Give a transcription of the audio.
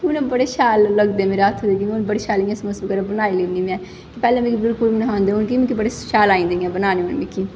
फिर उ'नें गी बड़े शैल लगदे मेरे हत्थ दे बड़े शैल इ'यां समोसे बगैरा बनाई लैन्नी ऐ में पैह्लें मिगी बिलकुल बी निं ही आंदे हून कि बड़े शैल आई जंदी इ'यां बनाने हून मिगी